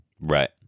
Right